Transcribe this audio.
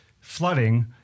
flooding –